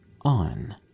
on